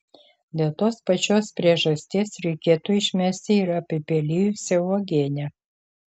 dėl tos pačios priežasties reikėtų išmesti ir apipelijusią uogienę